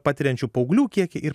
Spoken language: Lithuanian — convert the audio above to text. patiriančių paauglių kiekį ir